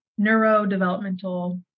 neurodevelopmental